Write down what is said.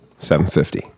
750